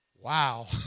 wow